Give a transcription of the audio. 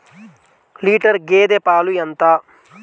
Litre గేదె పాలు ఎంత?